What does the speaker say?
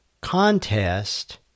contest